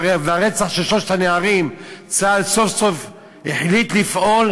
והרצח של שלושת הנערים צה"ל סוף-סוף החליט לפעול,